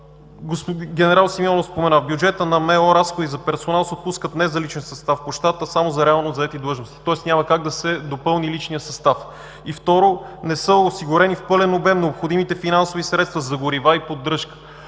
Симеонов спомена – бюджетът на МО разходи за персонал се пускат не за личен състав по щат, а само за реално заети длъжности, тоест няма как да се допълни личният състав. Второ, не са осигурени в пълен обем необходимите финансови средства за горива и поддръжка,